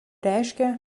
reiškia